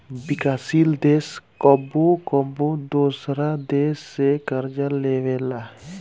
विकासशील देश कबो कबो दोसरा देश से कर्ज लेबेला